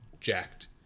jacked